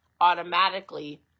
automatically